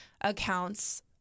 accounts